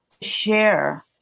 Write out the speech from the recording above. share